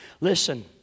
Listen